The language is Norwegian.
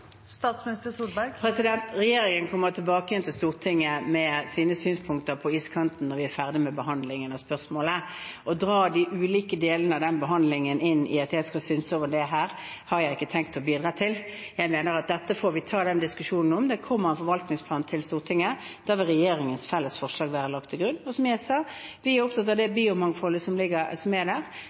Regjeringen kommer tilbake igjen til Stortinget med sine synspunkter på iskanten når vi er ferdige med behandlingen av spørsmålet. Å dra de ulike delene av den behandlingen inn her, at jeg skal synse om det, har jeg ikke tenkt å bidra til. Jeg mener at dette får vi ta en diskusjon om. Det kommer en forvaltningsplan til Stortinget. Da vil regjeringens felles forslag være lagt til grunn, og som jeg sa: Vi er opptatt av det biomangfoldet som er der. Det ligger også i dagens definisjon av iskanten. Det er